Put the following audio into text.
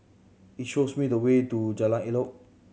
shows me the way to Jalan Elok